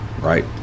right